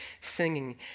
singing